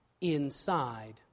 inside